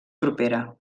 propera